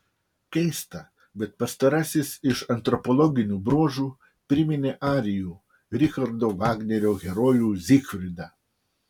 keista bet pastarasis iš antropologinių bruožų priminė arijų richardo vagnerio herojų zygfridą